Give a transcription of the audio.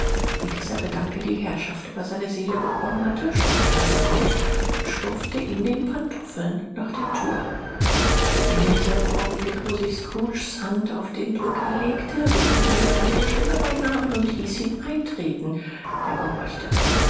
wie dieser gedanke die herrschaft über seine seele bekommen hatte stand er leise auf und schlürfte in den pantoffeln nach der thür in demselben augenblick wo sich scrooges hand auf den drücker legte rief ihn eine fremde stimme bei namen und hieß ihn eintreten er gehorchte